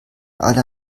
alle